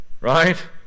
Right